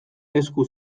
esku